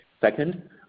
second